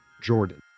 Jordan